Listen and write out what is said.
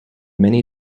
many